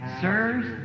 Sirs